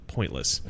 pointless